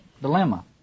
dilemma